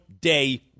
day